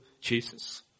Jesus